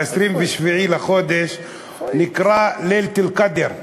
ה-27 בחודש נקרא לילת אל-קאדר.